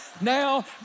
Now